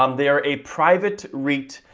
um they are a private reit,